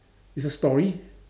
is a story